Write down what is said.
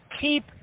keep